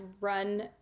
run